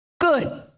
Good